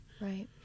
Right